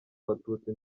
abatutsi